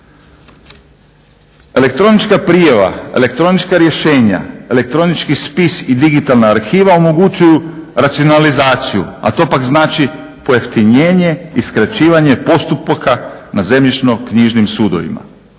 Elektronička prijava, elektronička rješenja, elektronički spis i digitalna arhiva omogućuju racionalizaciju, a to pak znači pojeftinjenje i skraćivanje postupaka na Zemljišno-knjižnim sudovima,